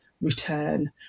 return